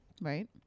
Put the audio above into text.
right